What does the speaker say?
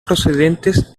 procedentes